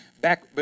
back